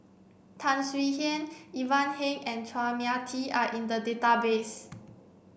Tan Swie Hian Ivan Heng and Chua Mia Tee are in the database